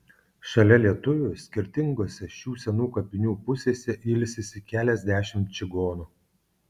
šalia lietuvių skirtingose šių senų kapinių pusėse ilsisi keliasdešimt čigonų